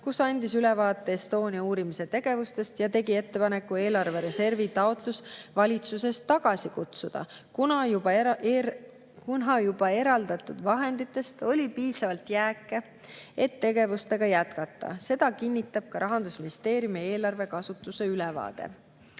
ning andis ülevaate Estonia uurimise tegevustest ja tegi ettepaneku eelarvereservitaotlus valitsusest tagasi kutsuda, kuna juba eraldatud vahenditest oli alles piisavalt jääke, et tegevust jätkata. Seda kinnitab ka Rahandusministeeriumi eelarve kasutuse ülevaade.